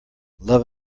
love